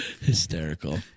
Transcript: Hysterical